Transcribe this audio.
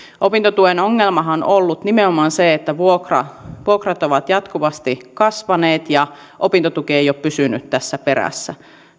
opintotuen ongelmahan on ollut nimenomaan se että vuokrat ovat jatkuvasti kasvaneet ja opintotuki ei ole pysynyt tässä perässä